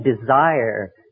desire